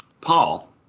Paul